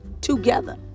together